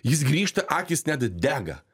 jis grįžta akys net dega